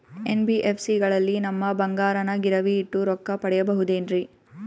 NBFC ಗಳಲ್ಲಿ ನಮ್ಮ ಬಂಗಾರನ ಗಿರಿವಿ ಇಟ್ಟು ರೊಕ್ಕ ಪಡೆಯಬಹುದೇನ್ರಿ?